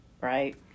right